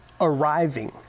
arriving